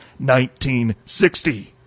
1960